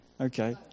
Okay